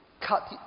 Cut